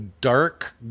dark